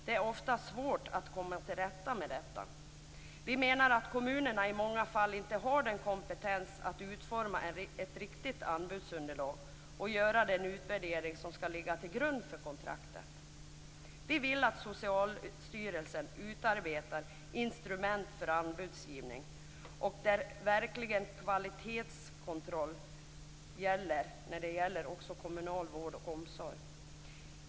Det är ofta svårt att komma till rätta med detta. Vi menar att kommunerna i många fall inte har kompetens att utforma ett riktigt anbudsunderlag och göra den utvärdering som skall ligga till grund för kontraktet. Vi vill att Socialstyrelsen utarbetar instrument för anbudsgivning, där kvalitetskontroll verkligen gäller också kommunal vård och omsorg.